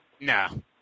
No